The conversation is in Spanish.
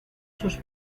sus